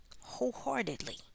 Wholeheartedly